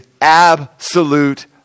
absolute